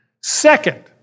Second